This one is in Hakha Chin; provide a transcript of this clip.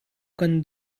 kan